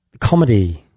comedy